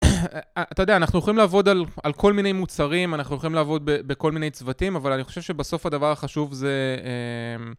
אתה יודע, אנחנו יכולים לעבוד על כל מיני מוצרים, אנחנו יכולים לעבוד בכל מיני צוותים, אבל אני חושב שבסוף הדבר החשוב זה...